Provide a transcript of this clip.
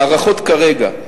ההערכות כרגע.